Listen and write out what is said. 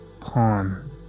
pawn